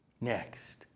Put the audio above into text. Next